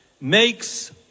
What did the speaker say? makes